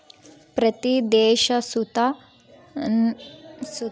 ಪ್ರತೀ ದೇಶ ಸುತ ತನ್ ಕರೆನ್ಸಿಗೆ ಅನ್ವಯ ಆಗೋ ವಿನಿಮಯ ದರುದ್ ಆಡಳಿತಾನ ನಿರ್ಧರಿಸ್ತತೆ